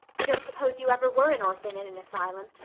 i don't suppose you ever were an orphan in an asylum,